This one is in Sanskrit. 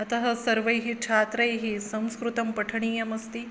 अतः सर्वैः छात्रैः संस्कृतं पठनीयमस्ति